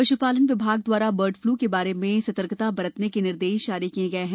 पश् पालन विभाग द्वारा बर्डफ्लू के बारे में सतर्कता बरतने के निर्देश जारी किये गये हैं